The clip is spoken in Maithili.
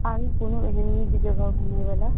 आरो कोनो एहेन नीक जगह घुमैवला